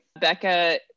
Becca